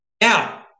Now